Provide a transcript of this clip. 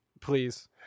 please